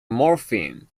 morphine